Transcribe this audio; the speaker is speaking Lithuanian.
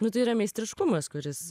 nu tai yra meistriškumas kuris